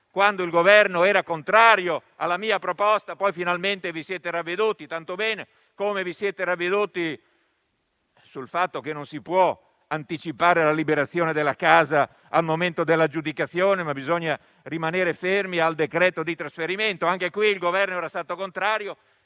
fiscali. Il Governo era contrario alla mia proposta e poi finalmente vi siete ravveduti, tanto meglio, così come avete fatto sul fatto che non si può anticipare la liberazione della casa al momento dell'aggiudicazione, ma bisogna rimanere fermi al decreto di trasferimento. Anche su questo il Governo era contrario